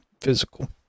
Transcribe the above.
physical